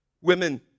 Women